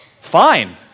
fine